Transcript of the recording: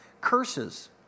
Curses